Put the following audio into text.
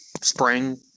spring